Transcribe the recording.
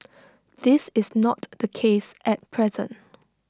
this is not the case at present